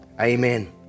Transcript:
Amen